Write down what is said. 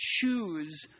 choose